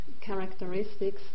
characteristics